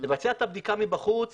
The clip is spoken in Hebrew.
לבצע את הבדיקה מבחוץ